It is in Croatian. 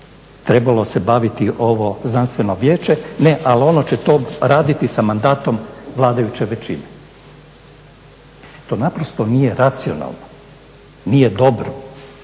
trebalo se baviti ovo znanstveno vijeće, ne al ono će to raditi sa mandatom vladajuće većine. To naprosto nije racionalno, nije dobro.